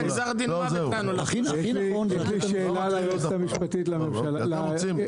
הכי נכון זה להתחיל יותר מאוחר.